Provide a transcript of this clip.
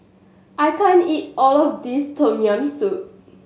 I can't eat all of this Tom Yam Soup